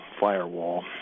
firewall